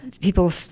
People